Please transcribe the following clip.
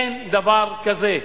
אין דבר כזה.